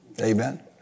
Amen